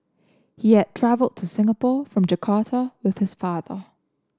he had travelled to Singapore from Jakarta with his father